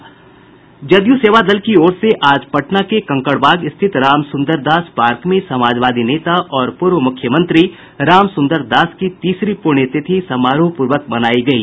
जदयू सेवा दल की ओर से आज पटना के कंकड़बाग स्थित राम सुंदर दास पार्क में समाजवादी नेता और पूर्व मुख्यमंत्री राम सुंदर दास की तीसरी पुण्यतिथि समारोहपूर्वक मनायी गयी